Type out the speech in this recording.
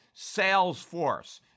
Salesforce